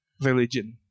religion